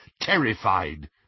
terrified